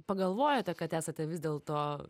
pagalvojate kad esate vis dėl to